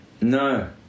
No